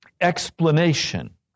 explanation